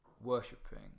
worshipping